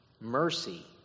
mercy